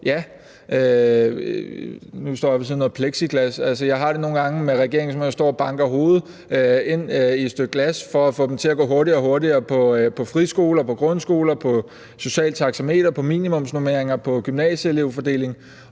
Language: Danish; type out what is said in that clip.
Ja. Nu står jeg ved siden af noget plexiglas. Jeg har det nogle gange med regeringen, som om jeg står og banker hovedet ind i et stykke glas for at få dem til at rykke hurtigere, hurtigere med hensyn til friskoler, grundskoler, med hensyn til socialt taxameter, med hensyn til minimumsnormeringer, med hensyn til gymnasieelevfordeling.